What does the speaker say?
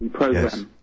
Yes